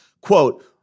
Quote